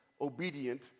obedient